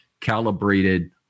calibrated